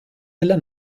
della